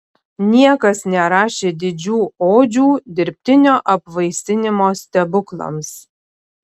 niekas nerašė didžių odžių dirbtinio apvaisinimo stebuklams